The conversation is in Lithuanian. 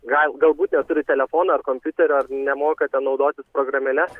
gal galbūt neturi telefono ar kompiuterio nemoka ten naudotis programėle